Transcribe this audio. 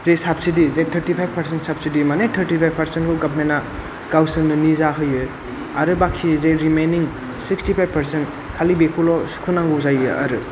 जे साबसिडि जे thirty five percent subsidy माने थार्टिफाइभ पार्सेन्टखौ गभर्नमेन्टआ गावसोरनो निजा होयो आरो बाखि जे रिमेइननिं सिक्सटि फाइभ पार्सेन्ट खालि बेखौल' सुख'नांगौ जायो आरो